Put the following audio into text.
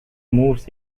moves